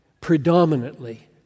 predominantly